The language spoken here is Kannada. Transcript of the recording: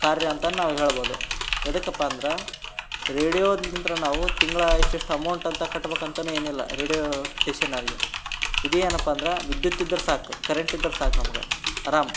ಕಾರ್ಯ ಅಂತ ನಾವು ಹೇಳ್ಬೋದು ಯಾವ್ದಕ್ಕಪ್ಪ ಅಂದ್ರೆ ರೇಡಿಯೋದ್ರಿಂತ ನಾವು ತಿಂಗಳೂ ಇಷ್ಟಿಷ್ಟು ಅಮೌಂಟ್ ಅಂತ ಕಟ್ಬೇಕಂತನೂ ಏನಿಲ್ಲ ರೇಡಿಯೋ ಸ್ಟೇಷನ್ನವರಿಗೆ ಇದು ಏನಪ್ಪ ಅಂದ್ರೆ ವಿದ್ಯುತ್ ಇದ್ರೆ ಸಾಕು ಕರೆಂಟ್ ಇದ್ರೆ ಸಾಕು ನಮ್ಗೆ ಅರಾಮ್